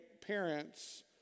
parents